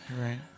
Right